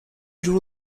draw